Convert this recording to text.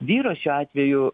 vyro šiuo atveju